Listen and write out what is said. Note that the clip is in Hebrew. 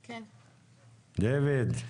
דוד.